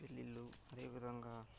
పెళ్ళిళ్ళు అధేవిధంగా